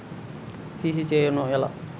CC చేయడము ఎలా?